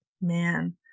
Man